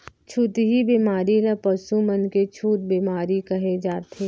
छुतही बेमारी ल पसु मन के छूत बेमारी कहे जाथे